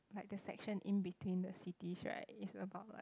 like the section in between the cities right it's about like